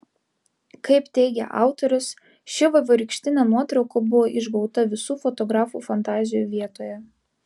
kaip teigia autorius ši vaivorykštinė nuotrauka buvo išgauta visų fotografų fantazijų vietoje